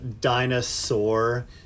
dinosaur